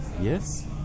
Yes